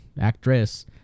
actress